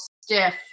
stiff